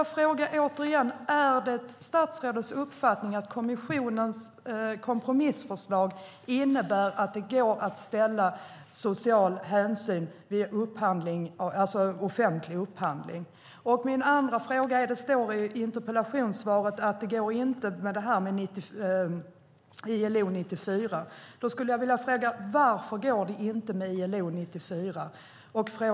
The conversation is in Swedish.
Jag frågar igen: Är det statsrådets uppfattning att kommissionens kompromissförslag innebär att det går att ställa krav på sociala hänsyn vid offentlig upphandling? Det står i interpellationssvaret att det inte går med ILO 94. Varför går det inte med ILO 94, är min andra fråga.